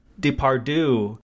Depardieu